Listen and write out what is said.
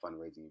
fundraising